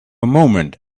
moment